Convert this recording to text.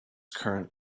current